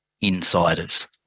insiders